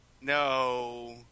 No